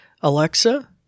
Alexa